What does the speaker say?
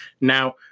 Now